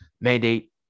mandate